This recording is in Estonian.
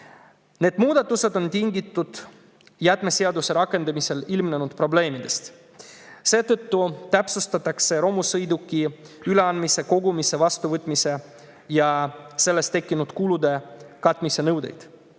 Need muudatused on tingitud jäätmeseaduse rakendamisel ilmnenud probleemidest. Seetõttu täpsustatakse romusõidukite üleandmise, kogumise, vastuvõtmise ja sellest tekkinud kulude katmise nõudeid. Näiteks,